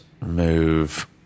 move